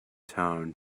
town